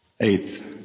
Eighth